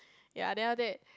ya then after that